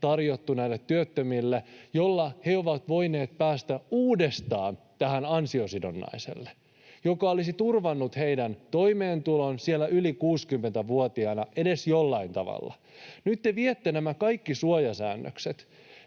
tarjottu näille työttömille, millä he ovat voineet päästä uudestaan ansiosidonnaiselle, joka olisi turvannut heidän toimeentulonsa siellä yli 60-vuotiaana edes jollain tavalla. Nyt te viette nämä kaikki suojasäännökset